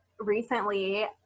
recently